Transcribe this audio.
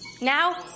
Now